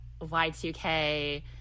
Y2K